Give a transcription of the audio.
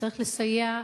צריך לסייע,